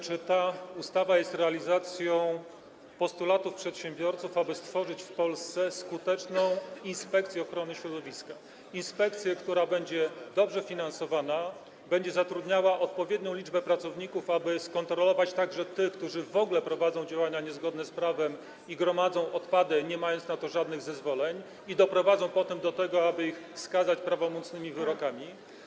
Czy ta ustawa jest realizacją postulatów przedsiębiorców, aby stworzyć w Polsce skuteczną inspekcję ochrony środowiska, inspekcję, która będzie dobrze finansowana, będzie zatrudniała odpowiednią liczbę pracowników, tak aby móc kontrolować także tych, którzy w ogóle prowadzą działania niezgodne z prawem i gromadzą odpady, nie mając na to żadnych zezwoleń, i doprowadzić potem do tego, aby takie osoby skazano prawomocnymi wyrokami?